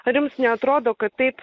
ar jums neatrodo kad taip